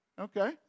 okay